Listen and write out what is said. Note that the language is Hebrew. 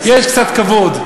יש קצת כבוד.